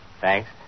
Thanks